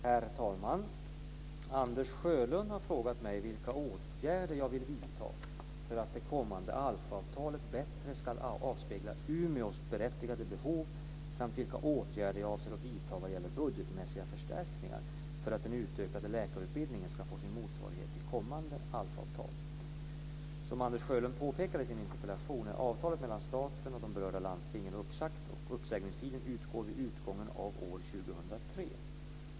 Herr talman! Anders Sjölund har frågat mig vilka åtgärder jag vill vidta för att det kommande ALF-avtalet bättre ska avspegla Umeås berättigade behov samt vilka åtgärder jag avser att vidta vad gäller budgetmässiga förstärkningar för att den utökade läkarutbildningen ska få sin motsvarighet i kommande ALF Som Anders Sjölund påpekar i sin interpellation är avtalet mellan staten och de berörda landstingen uppsagt och uppsägningstiden utgår vid utgången av år 2003.